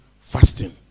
fasting